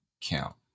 count